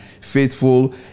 faithful